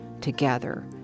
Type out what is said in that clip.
together